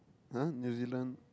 !huh! New-Zealand